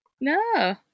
no